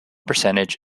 percentage